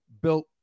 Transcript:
built